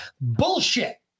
Bullshit